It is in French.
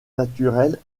naturelle